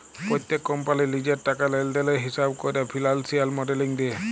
প্যত্তেক কম্পালির লিজের টাকা লেলদেলের হিঁসাব ক্যরা ফিল্যালসিয়াল মডেলিং দিয়ে